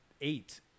eight